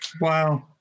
Wow